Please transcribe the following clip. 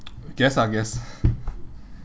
guess lah guess